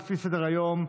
לפי סדר-היום,